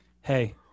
Hey